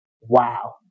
Wow